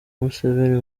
museveni